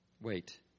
Wait